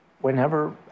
Whenever